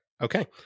Okay